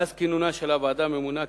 מאז כינונה של הוועדה הממונה,